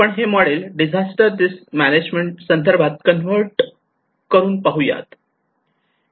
आपण हे model disaster risk management संदर्भामध्ये कन्व्हर्ट करून पाहूयात